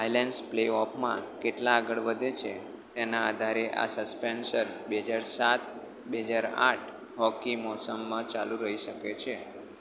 island play ઓફમાં કેટલા આગળ વધે છે તેના આધારે આ સસ્પેન્શન બે હજાર સાત બે હજાર આઠ હોકી મોસમમાં ચાલુ રહી શકે છે